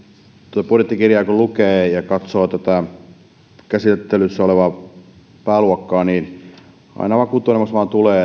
tuota budjettikirjaa kun lukee ja katsoo tätä käsittelyssä olevaa pääluokkaa niin aina vakuuttuneemmaksi vain tulee